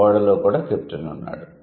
ఓడలో కెప్టెన్ కూడా ఉన్నాడు